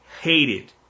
hated